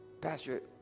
Pastor